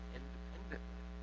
independently